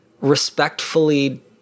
respectfully